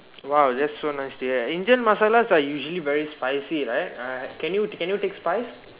!wow! that's so nice to hear Indian masalas are usually very spicy right uh can you can you take spice